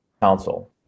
council